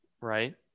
right